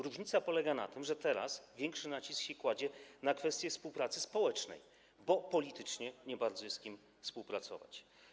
Różnica polega na tym, że teraz większy nacisk kładzie się na kwestie współpracy społecznej, bo politycznie nie bardzo jest z kim współpracować.